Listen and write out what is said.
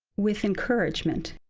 with encouragement.